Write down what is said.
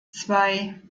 zwei